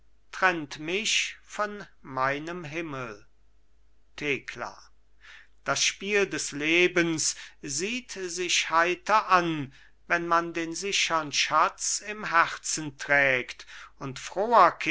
trennt mich von meinem himmel thekla das spiel des lebens sieht sich heiter an wenn man den sichern schatz im herzen trägt und froher